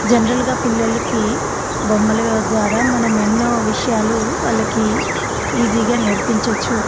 జనరల్గా పిల్లలకి బొమ్మలు ద్వారా మనం ఎన్నో విషయాలు వాళ్ళకి ఈజీగా నేర్పించవచ్చు